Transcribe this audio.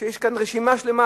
שיש כאן רשימה שלמה,